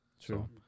True